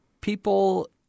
people